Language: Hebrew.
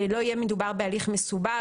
שלא יהיה מדובר בהליך מסובך,